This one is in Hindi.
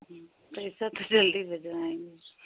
पैसा तो जल्दी भिजवाएंगे